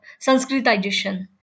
Sanskritization